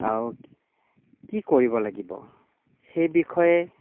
আৰু কি কৰিব লাগিব সেই বিষয়ে